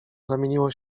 zamieniło